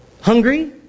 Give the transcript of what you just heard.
hungry